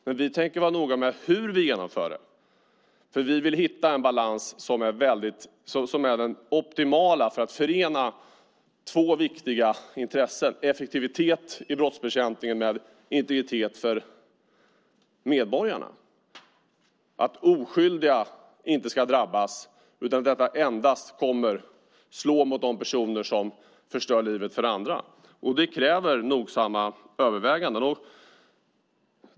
Men vi tänker vara noga med hur vi genomför det, för vi vill hitta en optimal balans för att förena två viktiga intressen: effektivitet i brottsbekämpningen och integritet för medborgarna. Oskyldiga ska inte drabbas, utan detta ska endast slå mot de personer som förstör livet för andra. Vi kräver noggranna överväganden.